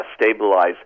stabilize